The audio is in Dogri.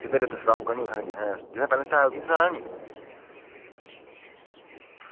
सिद्धा रेता सटाई ओड़गा नी तुसेंगी जित्थें पैह्लें सटाया उत्थै सटाना नी